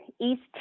East